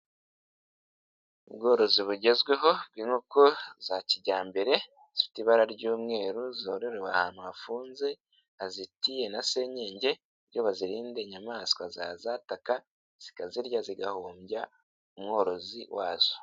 Ubworozi bugezweho bw'inkoko za kijyambere zifite ibara ry'umweru zororewe ahantu hafunze hazitiye na senyenge kugira bazirinde inyamaswa zazataka zikazirya zigahombya umworozi wazo.